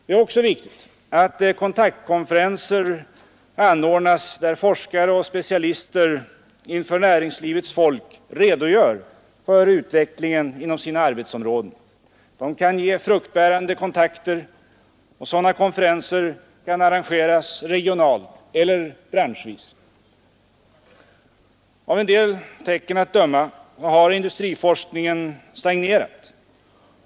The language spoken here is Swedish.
Det är också viktigt att kontaktkonferenser anordnas, där forskare och specialister inför näringslivets folk redogör för utvecklingen inom sina arbetsområden. De kan ge fruktbärande kontakter. Sådana konferenser kan arrangeras regionalt eller branschvis. Av vissa tecken att döma har industriforskningen stagnerat.